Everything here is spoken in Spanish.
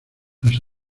las